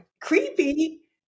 creepy